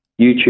YouTube